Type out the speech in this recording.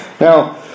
Now